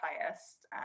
highest